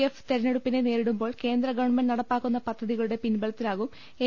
F തെരഞ്ഞെ ടുപ്പിനെ നേരിടുമ്പോൾ കേന്ദ്രഗവൺമെന്റ് നടപ്പാക്കുന്ന പദ്ധതി കളുടെ പിൻബലത്തിലാകും എൻ